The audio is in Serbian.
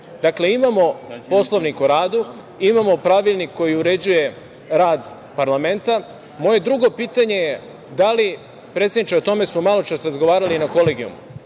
Dakle, imamo Poslovnik o radu, imamo pravilnik koji uređuje rad parlamenta. Moje drugo pitanje je, predsedniče, o tome smo maločas razgovarali na Kolegijumu,